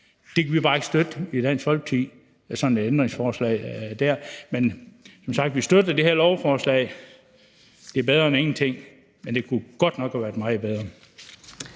kan vi bare ikke støtte i Dansk Folkeparti. Men som sagt støtter vi det her lovforslag. Det er bedre end ingenting, men det kunne godt nok have været meget bedre.